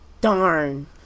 Darn